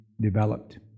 developed